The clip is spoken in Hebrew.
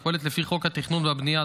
הפועלת לפי חוק התכנון והבנייה,